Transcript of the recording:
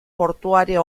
portuaria